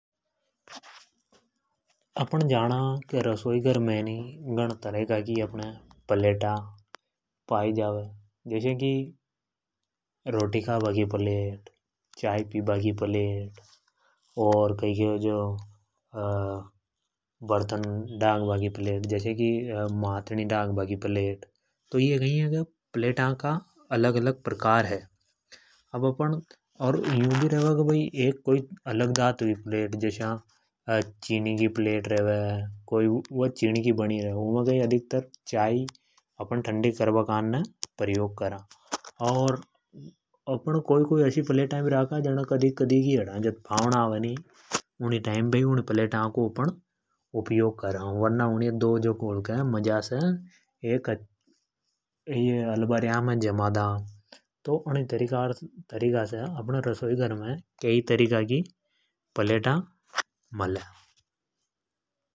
﻿अपन जाना की अपना रसोई घर में घणा तरीका की पलेटा पाई जावे जस्या की रोटी खाबा की प्लेट चाय पी बा की पलेट और कई कहवे जो बर्तन ढाक बा की पलेट माथनी डाकबा की प्लेट तो यह कई है की पलेटा का अलग-अलग प्रकार है। अर अब अपण अलग धातु की प्लेट जस्या चीनी की पलेट उनी अप ण चाय ठंडी करबा कान ने प्रयोग करा। और अप ण कोई कोई एसी पलेटा भी राखा जद फा व णा आवे नि उनी टाइम पर ही अप ण उनी पलेटा को उपयोग करा नि तो उने धो झकोल के मजा से आलबारीआ मे जमा दा। तो अनि तरीका से अप ने रसोई घर मे कैई तरीका की पलेटा मले।